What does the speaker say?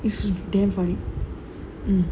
is damn funny